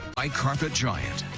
by carpet giant.